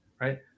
right